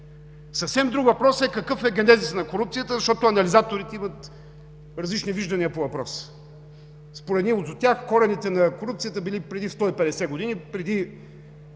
Съвсем друг е въпросът какъв е генезисът на корупцията, защото анализаторите имат различни виждания по въпроса. Според едни от тях корените на корупцията били преди 150 години, преди